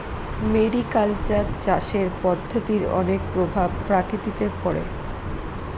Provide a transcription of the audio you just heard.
mariculture চাষের পদ্ধতির অনেক প্রভাব প্রকৃতিতে পড়ে